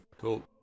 Cool